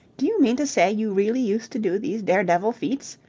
do you mean to say you really used to do these daredevil feats?